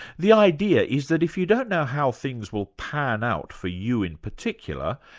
the idea is that if you don't know how things will pan out for you in particular,